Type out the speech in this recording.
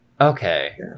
Okay